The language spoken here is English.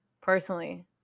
personally